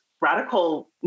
radical